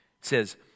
says